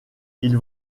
ils